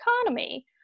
economy